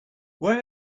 where